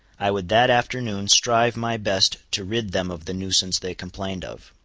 i would that afternoon strive my best to rid them of the nuisance they complained of.